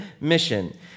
mission